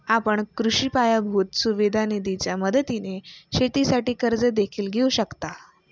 आपण कृषी पायाभूत सुविधा निधीच्या मदतीने शेतीसाठी कर्ज देखील घेऊ शकता